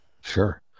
Sure